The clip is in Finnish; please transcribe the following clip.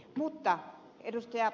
mutta ed